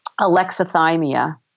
alexithymia